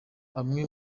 amwe